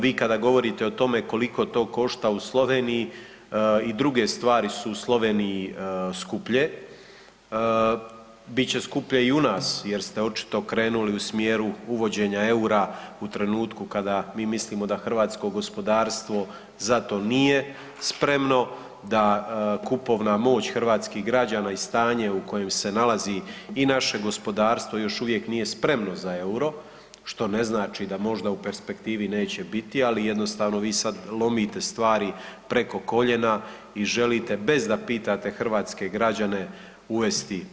Vi kada govorite o tome koliko to košta u Sloveniji i druge stvari su u Sloveniji skuplje, bit će skuplje i u nas jer ste očito krenuli u smjeru uvođenje EUR-a u trenutku kada mi mislimo da hrvatsko gospodarstvo za to nije spremno, da kupovna moć hrvatskih građana i stanje u kojem se nalazi i naše gospodarstvo još uvijek nije spremno za EUR-o, što ne znači da možda u perspektivi neće biti, ali jednostavno vi sad lomite stvari preko koljena i želite bez da pitate hrvatske građane uvesti